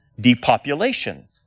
depopulation